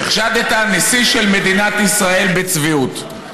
החשדת נשיא של מדינת ישראל בצביעות.